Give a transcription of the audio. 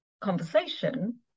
conversation